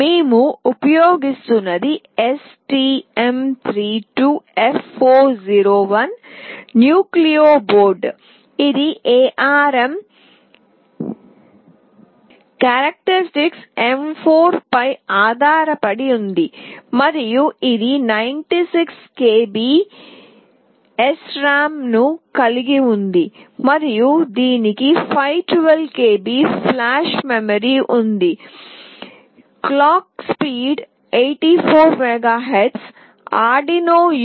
మేము ఉపయోగిస్తున్నది STM32F401 nucleo board ఇది ARM కార్టెక్స్ M4 పై ఆధారపడింది మరియు ఇది 96 KB స్టోరేజ్ ర్యామ్ను కలిగి ఉంది మరియు దీనికి 512 KB ఫ్లాష్ మెమరీ ఉందిగడియార వేగం 84 MHz